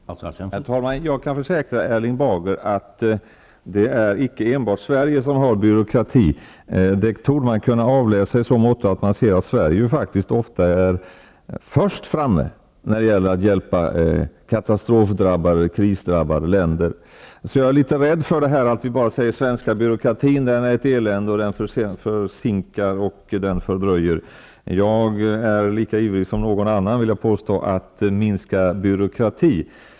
Herr talman! Jag kan försäkra Erling Bager att det inte är enbart Sverige som har byråkrati. Det kan avläsas på det sättet att Sverige ofta är först framme när det gäller att hjälpa kris och katastrofdrabbade länder. Jag blir litet rädd när man säger att den svenska byråkratin är ett elände, som försinkar och fördröjer. Jag vill påstå att jag är lika ivrig som någon annan att minska byråkrati.